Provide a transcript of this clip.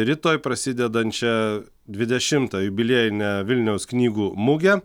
rytoj prasidedančią dvidešimtą jubiliejinę vilniaus knygų mugę